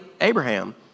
Abraham